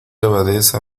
abadesa